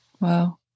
Wow